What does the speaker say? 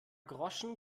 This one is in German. groschen